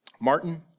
Martin